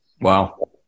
Wow